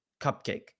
cupcake